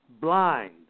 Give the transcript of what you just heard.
blind